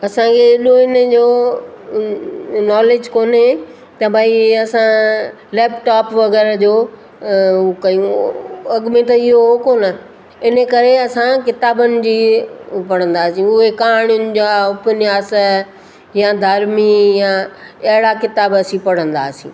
असांखे एॾो इन जो नॉलेज कोन्हे त भई असां लैपटॉप वग़ैरह जो उहा कयूं अॻ में त इहो हुओ कोन इन करे असां किताबनि जी पढ़ंदा हुआसीं उहे कहाणियुनि जा उपन्यास या धार्मी या अहिड़ा किताब असी पढ़ंदा हुआसीं